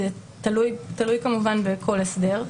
תלוי כמובן בכל הסדר.